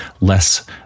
less